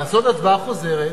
לעשות הצבעה חוזרת,